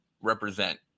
represent